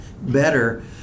better